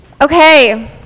Okay